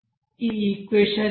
ఈ ఈక్వెషన్ నుండి ఇది 3